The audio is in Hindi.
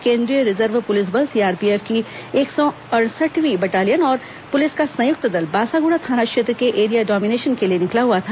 केंद्रीय रिजर्व पुलिस बल सीआरपीएफ की एक सौ अड़सठवीं बटालियन और पुलिस का संयुक्त दल बासागुड़ा थाना क्षेत्र में एरिया डोमिनेशन के लिए निकला हुआ था